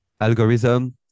algorithm